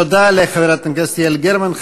תודה לחברת הכנסת יעל גרמן.